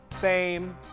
fame